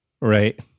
Right